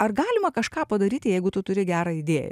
ar galima kažką padaryti jeigu tu turi gerą idėją